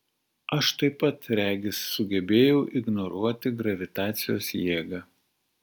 aš taip pat regis sugebėjau ignoruoti gravitacijos jėgą